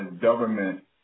government